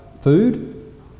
food